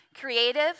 creative